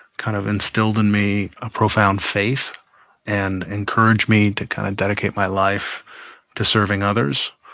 kind of instilled in me a profound faith and encouraged me to kind of dedicate my life to serving others.